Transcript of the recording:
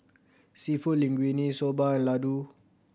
Seafood Linguine Soba and Ladoo